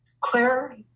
claire